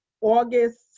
August